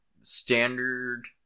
Standard